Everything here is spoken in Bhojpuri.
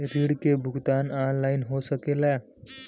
ऋण के भुगतान ऑनलाइन हो सकेला?